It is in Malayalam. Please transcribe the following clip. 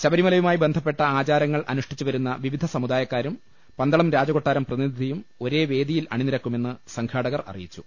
ശബരിമ ലയുമായി ബന്ധപ്പെട്ട ആചാരങ്ങൾ അനുഷ്ഠിച്ചുവരുന്ന വിവിധ സമു ദായക്കാരും പന്തളം രാജകൊട്ടാരം പ്രതിനിധിയും ഒരേ വേദിയിൽ അണിനിരക്കുമെന്ന് സംഘാടകർ അറിയിച്ചു